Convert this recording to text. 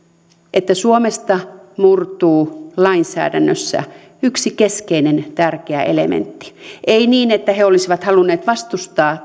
että suomesta murtuu lainsäädännössä yksi keskeinen tärkeä elementti ei niin että he olisivat halunneet vastustaa